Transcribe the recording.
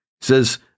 says